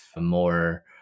more